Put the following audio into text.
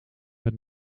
met